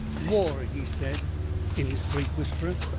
war, he said in his great whisper,